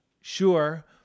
sure